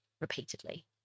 repeatedly